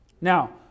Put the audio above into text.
Now